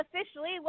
officially